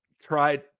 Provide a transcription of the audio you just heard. tried